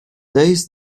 days